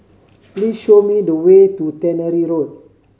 please show me the way to Tannery Road